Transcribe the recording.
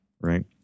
Right